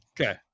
Okay